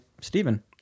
Stephen